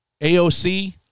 AOC